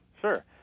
Sure